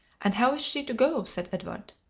and how is she to go? said edward.